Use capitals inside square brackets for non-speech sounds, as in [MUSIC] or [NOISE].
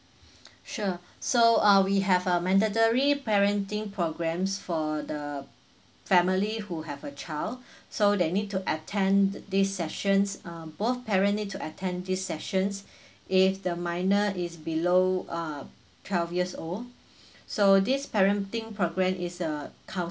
[BREATH] sure so uh we have a mandatory parenting programs for the family who have a child [BREATH] so they need to attend this sessions um both parent need to attend this sessions [BREATH] if the minor is below uh twelve years old [BREATH] so this parenting program is uh couns~